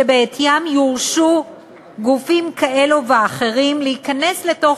שבעטיים יורשו גופים כאלו ואחרים להיכנס לתוך